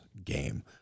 game